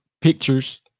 pictures